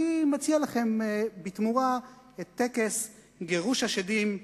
אני מציע לכם בתמורה את טקס גירוש השדים,